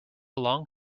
long